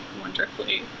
wonderfully